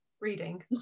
reading